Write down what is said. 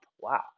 wow